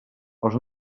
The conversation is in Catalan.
els